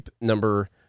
number